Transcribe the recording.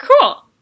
Cool